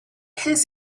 his